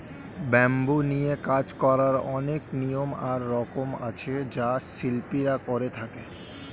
bamboo নিয়ে কাজ করার অনেক নিয়ম আর রকম আছে যা শিল্পীরা করে থাকে